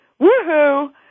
Woohoo